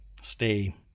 stay